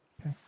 Okay